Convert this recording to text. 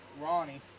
Ronnie